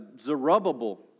Zerubbabel